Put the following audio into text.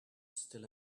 still